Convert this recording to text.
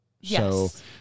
Yes